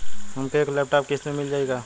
हमके एक लैपटॉप किस्त मे मिल जाई का?